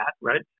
right